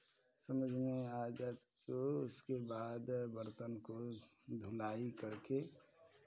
समझ में आ जाए तो उसके बाद बर्तन को धुलाई करके